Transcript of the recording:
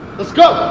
let's go!